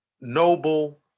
noble